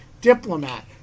diplomat